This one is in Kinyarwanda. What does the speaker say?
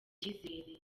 icyizere